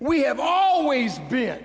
we have always been